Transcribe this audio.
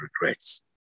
regrets